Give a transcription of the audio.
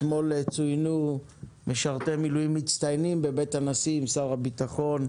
אתמול צוינו משרתי מילואים מצטיינים בבית הנשיא עם שר הבטחון,